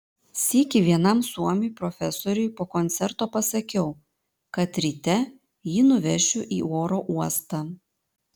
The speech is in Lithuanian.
sykį vienam suomiui profesoriui po koncerto pasakiau kad ryte jį nuvešiu į oro uostą